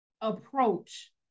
approach